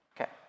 Okay